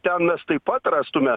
ten mes taip pat rastume